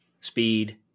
speed